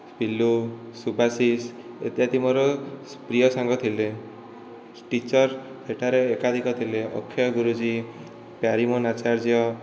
ପିଲୁ ସୁବାସିସ ଇତ୍ୟାଦି ମୋର ପ୍ରିୟ ସାଙ୍ଗ ଥିଲେ ଟିଚର ସେଠାରେ ଏକାଧିକ ଥିଲେ ଅକ୍ଷୟ ଗୁରୁଜୀ ପ୍ୟାରୀମୋହନ ଆଚାର୍ଯ୍ୟ